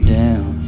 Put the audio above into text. down